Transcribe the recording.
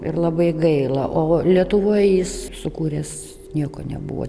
ir labai gaila o lietuvoj jis sukūręs nieko nebuvo